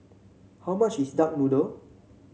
how much is Duck Noodle